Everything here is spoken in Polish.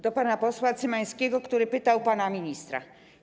Do pana posła Cymańskiego, który pytał pana ministra.